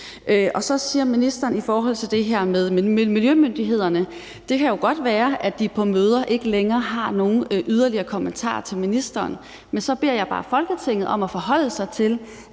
siger så det her i forhold til miljømyndighederne. Det kan jo godt være, at de på møder ikke længere har nogen yderligere kommentarer til ministeren, men så beder jeg bare Folketinget om at forholde sig til,